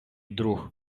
друг